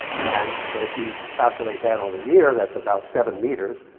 and if you calculate that on a year, that's about seven meters.